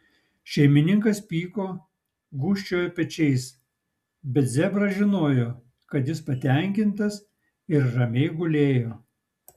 šeimininkas pyko gūžčiojo pečiais bet zebras žinojo kad jis patenkintas ir ramiai gulėjo